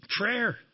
Prayer